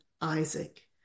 Isaac